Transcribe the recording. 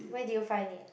where did you find it